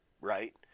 Right